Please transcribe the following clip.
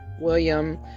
William